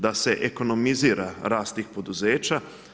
Da se ekonomizira rast tih poduzeća?